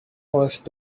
horse